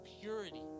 purity